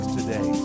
today